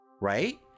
Right